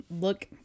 look